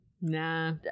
nah